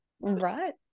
Right